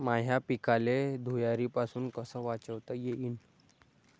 माह्या पिकाले धुयारीपासुन कस वाचवता येईन?